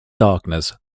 darkness